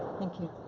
thank you.